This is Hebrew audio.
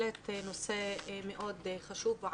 מקרי התאבדות.